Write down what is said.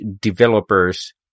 developers